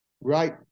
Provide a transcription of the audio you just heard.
right